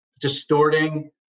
distorting